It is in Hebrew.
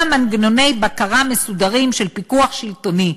מנגנוני בקרה מסודרים של פיקוח שלטוני.